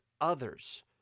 others